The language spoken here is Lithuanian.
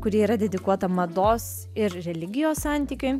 kuri yra dedikuota mados ir religijos santykiui